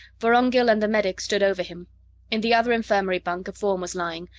vorongil and the medic stood over him in the other infirmary bunk a form was lying,